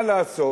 מה לעשות?